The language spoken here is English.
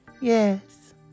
Yes